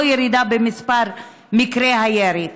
לא ירידה במספר מקרי הירי.